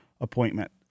appointment